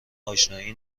اشنایی